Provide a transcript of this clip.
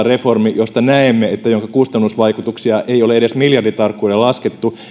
reformia josta näemme että sen kustannusvaikutuksia ei ole edes miljarditarkkuudella laskettu